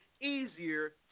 easier